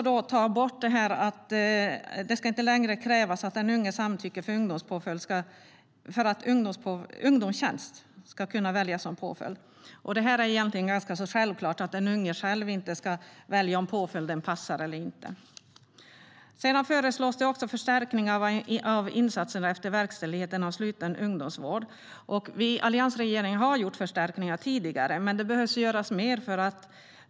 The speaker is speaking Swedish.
Det ska inte längre krävas att den unge samtycker för att ungdomstjänst ska kunna väljas som påföljd. Det är egentligen ganska självklart att den unge inte själv ska välja om påföljden passar eller inte. Sedan föreslås det också förstärkningar av insatserna efter verkställigheten av sluten ungdomsvård. Alliansregeringen har gjort förstärkningar tidigare. Men det behöver göras mer.